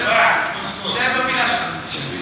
שב בפינה שלך.